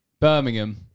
Birmingham